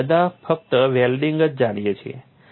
આપણે બધા ફક્ત વેલ્ડિંગ જ જાણીએ છીએ